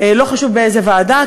לא חשוב באיזו ועדה,